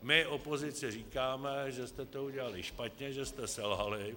My v opozici říkáme, že jste to udělali špatně, že jste selhali.